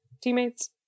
teammates